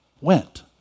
went